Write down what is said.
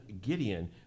Gideon